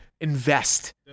invest